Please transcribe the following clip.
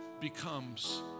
becomes